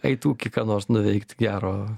eitų gi ką nors nuveikt gero